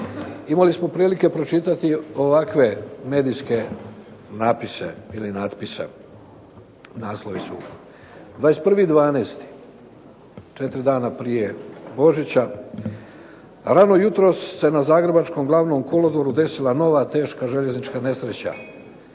imali smo prilike pročitati ovakve medijske natpise. Naslovi su, 21. 12. 4 dana prije Božića, "Rano jutros se na zagrebačkom Glavnom kolodvoru desila nova teška željeznička nesreća.